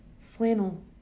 flannel